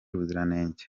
ubuziranenge